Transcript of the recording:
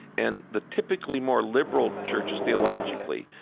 and the typically more liberal churches, theologically,